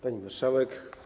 Pani Marszałek!